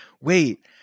Wait